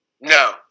No